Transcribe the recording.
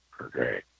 Okay